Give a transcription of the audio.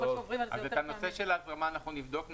את נושא ההזרמה נבדוק נוסחית,